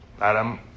Adam